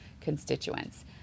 constituents